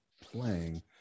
playing